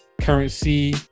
Currency